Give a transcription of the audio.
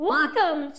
Welcome